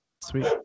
Sweet